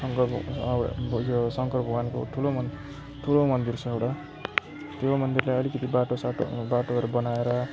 शङ्करको अगाडि त्यो शङ्कर भगवान्को ठुलो मन्दिर ठुलो मन्दिर छ एउटा त्यो मन्दिरलाई अलिकति बाटो साटो बाटोहरू बनाएर